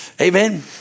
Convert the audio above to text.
Amen